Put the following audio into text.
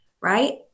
right